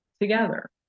together